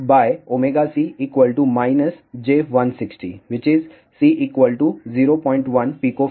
तो Xc XL jc j160 ⇒C01pF